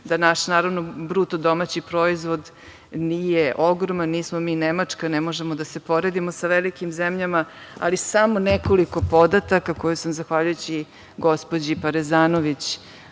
da naš bruto domaći proizvod nije ogroman, nismo mi Nemačka, ne možemo da se poredimo sa velikim zemljama, ali samo nekoliko podataka koje sam zahvaljujući gospođi Parezanović